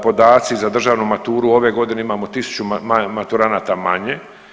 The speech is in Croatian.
Podaci za državnu maturu ove godine imamo 1000 maturanata manje.